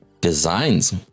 designs